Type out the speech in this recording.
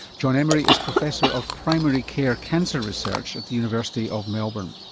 jon emery is professor of primary care cancer research at the university of melbourne.